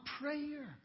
prayer